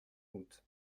août